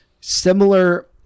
similar